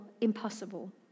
impossible